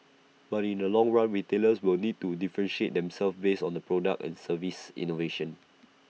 but in the long run retailers will need to differentiate themselves based on the product and service innovation